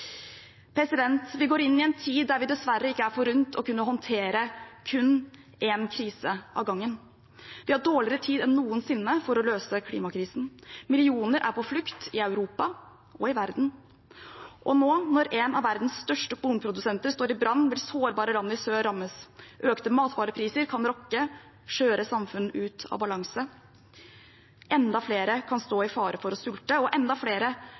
Vi går inn i en tid der vi dessverre ikke er forunt å kunne håndtere kun én krise av gangen. Vi har dårligere tid enn noensinne for å løse klimakrisen. Millioner er på flukt i Europa og i verden. Og nå, når en av verdens største kornprodusenter står i brann, blir sårbare land i sør rammet. Økte matvarepriser kan rokke skjøre samfunn ut av balanse. Enda flere kan stå i fare for å sulte, og enda flere